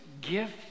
gift